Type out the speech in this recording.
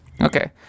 okay